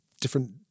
different